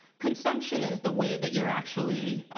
consumption is the way that you're actually